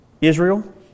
Israel